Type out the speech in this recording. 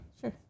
Sure